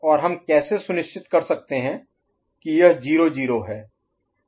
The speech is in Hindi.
और हम कैसे सुनिश्चित कर सकते हैं कि यह 0 0 है